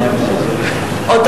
בבקשה.